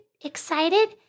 excited